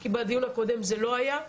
כי בדיון הקודם זה לא היה,